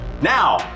Now